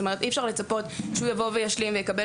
אי אפשר לצפות שהסטודנט יבוא וישלים ויקבל